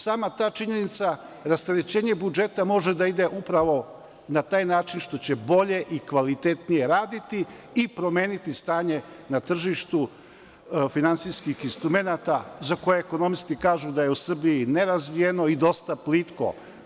Sama ta činjenica, rasterećenje budžeta može da ide upravo na taj način što će bolje i kvalitetnije raditi i promeniti stanje na tržištu finansijskih isntrumenata za koje ekonomisti kažu da je u Srbiji nerazvijeno i dosta plitko.